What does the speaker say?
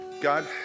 God